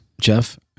Jeff